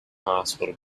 hospital